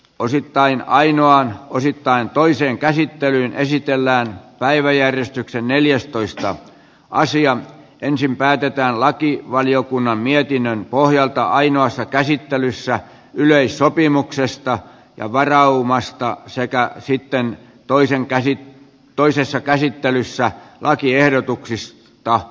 osittain ainoan osittain toiseen käsittelyyn esitellään päiväjärjestyksen neljästoista asian ensin päätetään lakivaliokunnan mietinnön pohjalta ainoassa käsittelyssä yleissopimuksesta ja varauman tekemisestä ja sitten toisessa käsittelyssä lakiehdotuksista